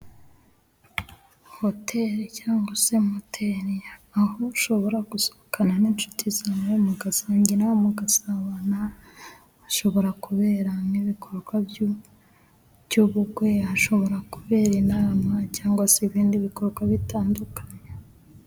Hoteri cyangwa se moteri aho ushobora gusohokana n'inshuti zawe mugasangira mugasabana, hashobora kubera nk'ibikorwa by'ubukwe, hashobora kubera inama cyangwa se ibindi bikorwa bitandukanye.